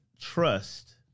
trust